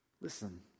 Listen